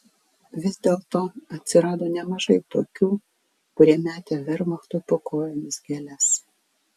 vis dėlto atsirado nemažai tokių kurie metė vermachtui po kojomis gėles